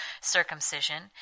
circumcision